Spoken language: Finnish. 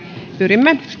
pyrimme